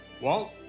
Walt